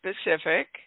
specific